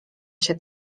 się